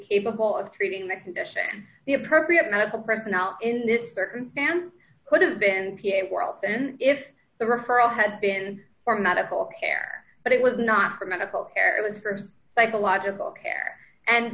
capable of treating the condition the appropriate medical personnel in this circumstance would have been were often if the referral had been for medical care but it was not for medical care it was for psychological care and